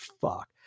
fuck